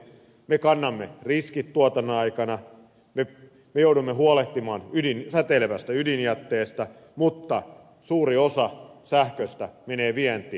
me kannamme riskit tuotannon aikana me joudumme huolehtimaan säteilevästä ydinjätteestä mutta suuri osa sähköstä menee vientiin